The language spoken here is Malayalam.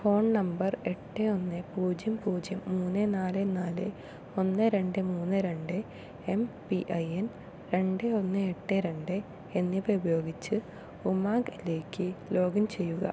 ഫോൺ നമ്പർ എട്ട് ഒന്ന് പൂജ്യം പൂജ്യം മൂന്ന് നാല് നാല് ഒന്ന് രണ്ട് മൂന്ന് രണ്ട് എം പി ഐ എൻ രണ്ട് ഒന്ന് എട്ട് രണ്ട് എന്നിവ ഉപയോഗിച്ച് ഉമംഗ്ലേക്ക് ലോഗിൻ ചെയ്യുക